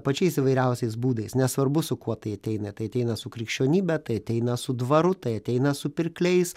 pačiais įvairiausiais būdais nesvarbu su kuo tai ateina tai ateina su krikščionybe tai ateina su dvaru tai ateina su pirkliais